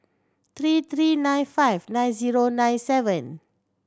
three three nine five nine zero nine seven